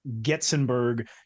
Getzenberg